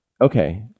okay